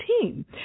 team